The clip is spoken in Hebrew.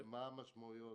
מה המשמעויות?